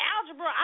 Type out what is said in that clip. Algebra